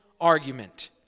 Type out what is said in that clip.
argument